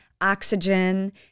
oxygen